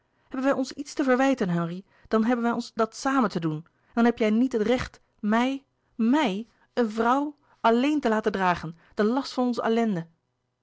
hebben wij ons iets te verwijten henri dan hebben wij ons dat samen te doen en dan heb jij niet het recht mij mij een vrouw alleen te laten dragen de last van onze